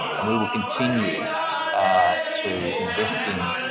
and we will continue to invest in